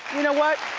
you know what?